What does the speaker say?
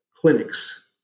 clinics